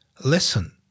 listen